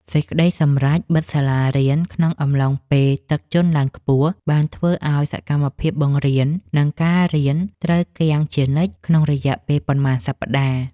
សេចក្តីសម្រេចបិទសាលារៀនក្នុងអំឡុងពេលទឹកជន់ឡើងខ្លាំង បានធ្វើឱ្យសកម្មភាពបង្រៀន និង ការរៀនត្រូវគាំងជានិច្ចក្នុងរយៈពេលប៉ុន្មានសប្តាហ៍។